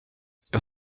jag